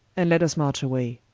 and let vs march away.